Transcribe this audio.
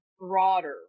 broader